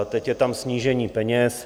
Teď je tam snížení peněz.